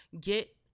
Get